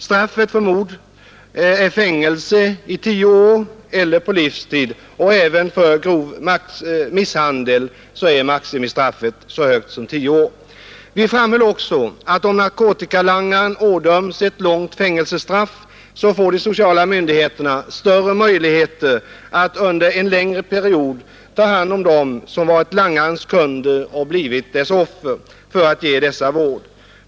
Straffet för mord är fängelse i tio år eller på livstid, och även för grov misshandel är maximistraffet så högt som tio år. Vi framhöll också att om narkotikalangaren ådöms ett långt fängelsestraff så får de sociala myndigheterna större möjligheter att under en längre period ta hand om dem som varit langarens kunder och blivit hans offer, för att ge dessa vård.